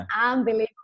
unbelievable